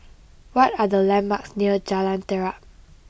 what are the landmarks near Jalan Terap